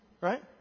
Right